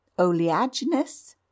oleaginous